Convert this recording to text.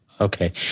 Okay